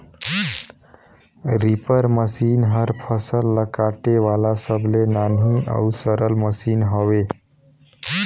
reaper machine हर फसल ल काटे वाला सबले नान्ही अउ सरल मसीन हवे